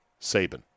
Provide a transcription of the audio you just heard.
Saban